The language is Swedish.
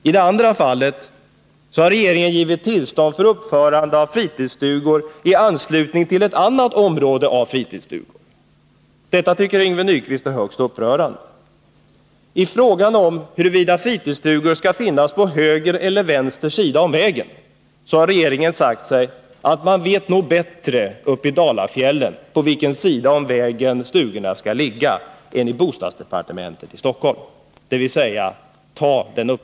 I det andra fallet har regeringen givit tillstånd för uppförande av fritidsstugori anslutning till ett annat område med fritidsstugor. Detta tycker Yngve Nyquist är högst upprörande. I frågan om huruvida fritidsstugor skall finnas på höger eller vänster sida om vägen har regeringen sagt att man nog bättre kan bedöma detta i Älvdalen än i Stockholm.